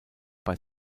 bei